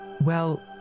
Well